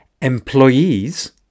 employees